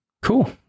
cool